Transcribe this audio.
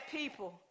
people